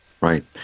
Right